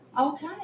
Okay